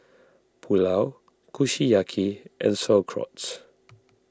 Pulao Kushiyaki and Sauerkraut